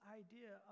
idea